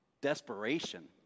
Desperation